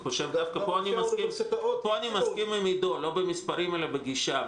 דווקא פה אני מסכים עם עידו לא במספרים אלא בגישה.